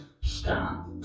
stop